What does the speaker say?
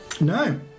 No